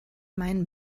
meinen